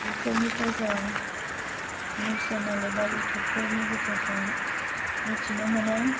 बिफोरनिफ्राय जों news channel एबा इउथुबफोरनि गेजेरजों मिथिनो मोनो